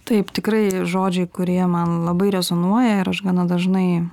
taip tikrai žodžiai kurie man labai rezonuoja ir aš gana dažnai